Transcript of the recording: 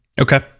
Okay